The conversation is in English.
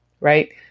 right